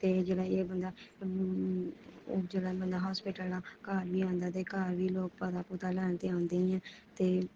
ते जिसलै एह् बंदा ओह् जेल्लै बंदा हास्पिटल दा घर बी आंदा ऐ ते घर बी लोक पता पुता लैन ते आंदे गै ते